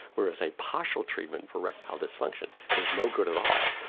whereas a partial treatment for erectile dysfunction is no good at all,